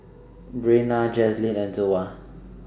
Breanna Jazlyn and Zoa